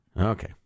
Okay